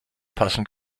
passend